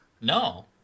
No